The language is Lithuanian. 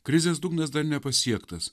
krizės dugnas dar nepasiektas